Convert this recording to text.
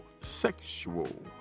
Sexual